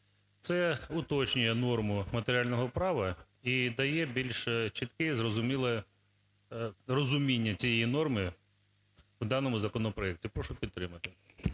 Це уточнює норму матеріального права і дає більш чітке розуміння цієї норми в даному законопроекті. Прошу підтримати.